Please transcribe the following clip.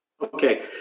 Okay